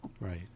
Right